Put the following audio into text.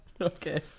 Okay